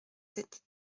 sept